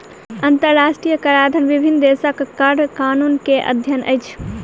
अंतरराष्ट्रीय कराधन विभिन्न देशक कर कानून के अध्ययन अछि